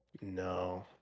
No